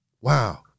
Wow